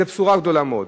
זה בשורה גדולה מאוד.